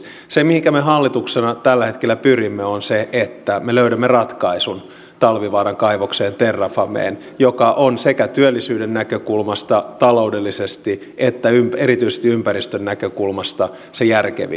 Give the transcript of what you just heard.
se mihinkä me hallituksena tällä hetkellä pyrimme on se että me löydämme talvivaaran kaivokseen terrafameen ratkaisun joka on sekä työllisyyden näkökulmasta taloudellisesti että erityisesti ympäristön näkökulmasta se järkevin